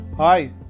Hi